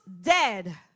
dead